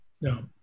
No